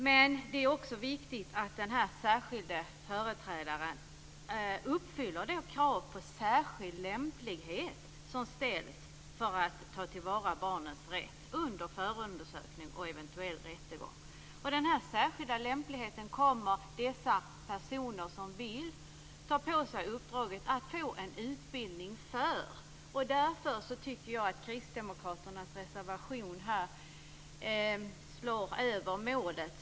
Men det är viktigt att den särskilda företrädaren uppfyller de krav på särskild lämplighet som ställs för att ta till vara barnens rätt under förundersökning och eventuell rättegång. Denna särskilda lämplighet kommer de personer som vill ta på sig uppdraget att få en utbildning för. Därför tycker jag att Kristdemokraternas reservation skjuter över målet.